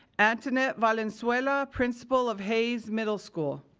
antoinette valenzuela, principal of hayes middle school.